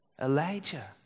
Elijah